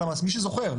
מי שזוכר,